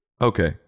okay